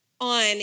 on